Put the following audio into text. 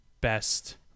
best